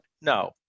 No